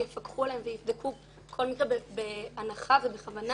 יפקחו עליהם ויבדקו בהנחה ובכוונה